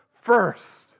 first